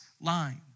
line